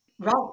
Right